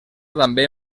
també